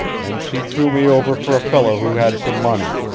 and she threw me over for a fellow who had some money.